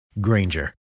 Granger